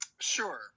sure